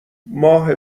ماه